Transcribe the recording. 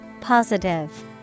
Positive